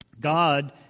God